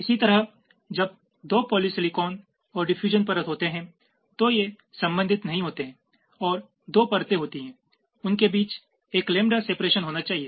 इसी तरह जब दो पॉलीसिलिकॉन और डिफयूजन परत होते हैं तो ये संबंधित नहीं होते हैं और दो परतें होती हैं उनके बीच एक लैम्बडा सेपरेशन होना चाहिए